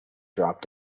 drop